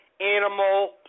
Animal